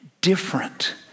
different